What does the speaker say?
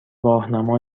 راهنما